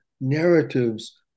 narratives